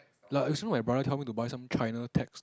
like I saw my brother tell me to buy some China tax stock